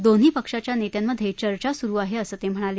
दोन्ही पक्षाच्या नेत्यांमधे चर्चा सुरु आहे असं ते म्हणाले